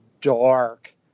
dark